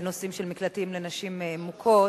בנושאים של מקלטים לנשים מוכות,